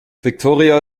victoria